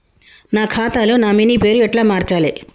నా ఖాతా లో నామినీ పేరు ఎట్ల మార్చాలే?